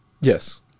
Yes